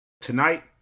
tonight